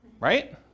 Right